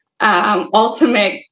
Ultimate